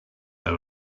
they